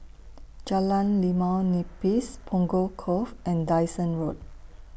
Jalan Limau Nipis Punggol Cove and Dyson Road